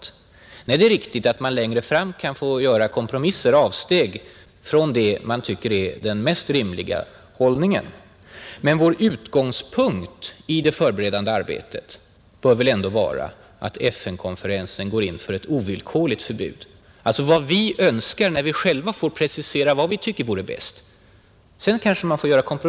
Nej, det är riktigt att man längre fram kan få gå med på kompromisser och göra avsteg från vad man betraktar som den mest rimliga hållningen. Men vår utgångspunkt i det förberedande arbetet bör väl ändå vara att FN-konferensen går in för ett ovillkorligt förbud. Det bör vara vad vi önskar när vi själva får precisera vad vi tycker är bäst.